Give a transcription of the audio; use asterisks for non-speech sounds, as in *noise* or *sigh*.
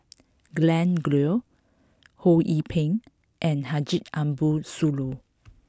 Glen Goei Ho Yee Ping and Haji Ambo Sooloh *noise*